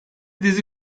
dizi